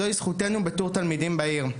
זו היא זכותנו בתור תלמידים בעיר.